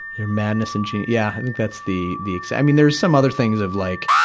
yeah madness and gen, yeah, i think that's the, the ex i mean, there's some other things of like,